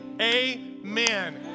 amen